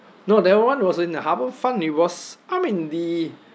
no that [one] was in the harbourfront it was I mean the